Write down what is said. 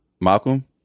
Malcolm